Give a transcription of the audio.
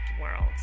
world